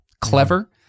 clever